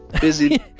busy